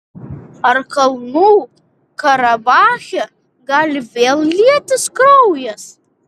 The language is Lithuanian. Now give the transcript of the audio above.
ar kalnų karabache gali vėl lietis kraujas